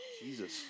Jesus